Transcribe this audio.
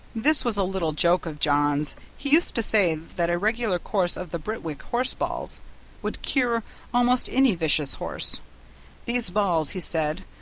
this was a little joke of john's he used to say that a regular course of the birtwick horseballs would cure almost any vicious horse these balls, he said,